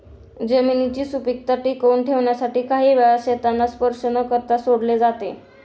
जमिनीची सुपीकता टिकवून ठेवण्यासाठी काही वेळा शेतांना स्पर्श न करता सोडले जाते